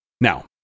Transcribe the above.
Now